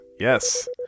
Yes